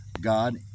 God